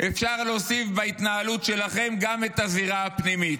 אפשר להוסיף בהתנהלות שלכם גם את הזירה הפנימית,